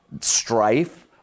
strife